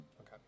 Okay